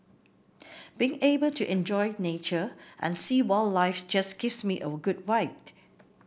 being able to enjoy nature and seeing wildlife just gives me a good vibe